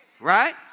Right